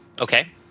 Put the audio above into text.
Okay